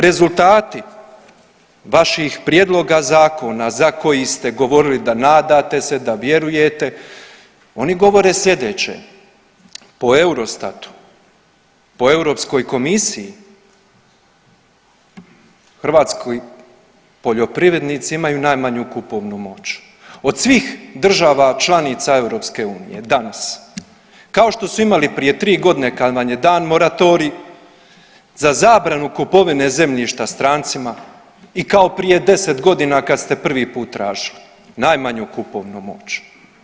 Rezultati vaših prijedloga zakona za koji ste govorili da nadate se, da vjerujete oni govore sljedeće, po EUROSTATU, po Europskoj komisiji hrvatski poljoprivrednici imaju najmanju kupovnu moć od svih država članica EU danas kao što su imali prije tri godine kad vam je dan moratorij za zabranu kupovine zemljište strancima i kao prije 10 godina kad ste prvi put tražili najmanju kupovnu moć.